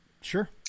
sure